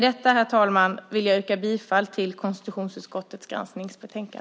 Herr talman! Jag yrkar på godkännande av konstitutionsutskottets anmälan.